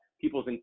people's